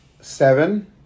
seven